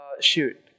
Shoot